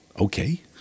okay